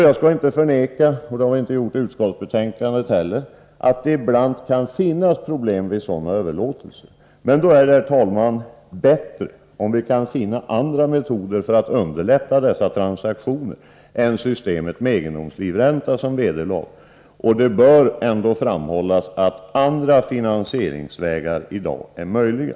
Jag skall inte förneka — det har jag inte heller gjort i utskottsbetänkandet — att det ibland kan finnas problem vid sådana överlåtelser. Då är det, herr talman, bättre om vi kan finna andra metoder för att underlätta dessa transaktioner än systemet med egendomslivränta som vederlag. Det bör ändå framhållas att andra finansieringsvägar i dag är möjliga.